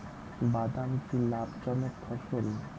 বাদাম কি লাভ জনক ফসল?